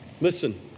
Listen